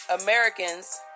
Americans